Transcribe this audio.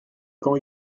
quand